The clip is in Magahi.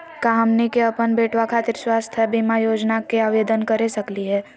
का हमनी के अपन बेटवा खातिर स्वास्थ्य बीमा योजना के आवेदन करे सकली हे?